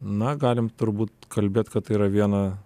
na galim turbūt kalbėt kad tai yra viena